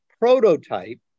prototype